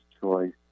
choice